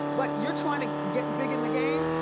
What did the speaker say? but you're trying to get big in the game,